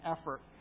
effort